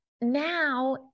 now